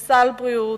יש סל בריאות,